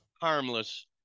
harmless